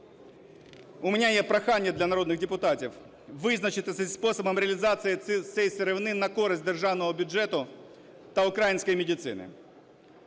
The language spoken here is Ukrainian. У мене є прохання до народних депутатів. Визначитися зі способом реалізації цієї сировини на користь державного бюджету та української медицини.